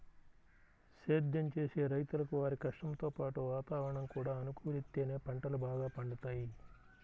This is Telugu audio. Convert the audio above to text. సేద్దెం చేసే రైతులకు వారి కష్టంతో పాటు వాతావరణం కూడా అనుకూలిత్తేనే పంటలు బాగా పండుతయ్